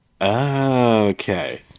Okay